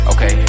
Okay